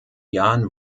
jahren